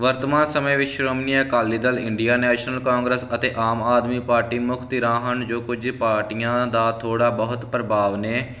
ਵਰਤਮਾਨ ਸਮੇਂ ਵਿੱਚ Shiromani Akali Dal Indian National Congress ਅਤੇ ਆਮ ਆਦਮੀ ਪਾਰਟੀ ਮੁੱਖ ਤੇ ਰਾਹ ਹਨ ਜੋ ਕੁਝ ਪਾਰਟੀਆਂ ਦਾ ਥੋੜਾ ਬਹੁਤ ਪ੍ਰਭਾਵ ਨੇ